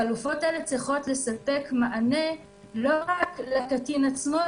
החלופות האלה צריכות לספק מענה לא רק לקטין עצמו,